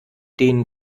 den